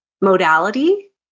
modality